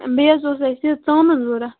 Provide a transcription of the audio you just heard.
بیٚیہِ حظ اوس اَسہِ یہِ ژامَن ضوٚرَتھ